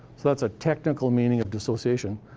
so that's a technical meaning of dissociation,